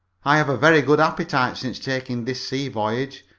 i have a very good appetite since taking this sea voyage,